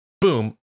boom